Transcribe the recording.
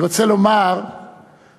אני רוצה לומר שאנחנו,